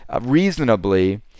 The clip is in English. reasonably